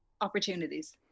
opportunities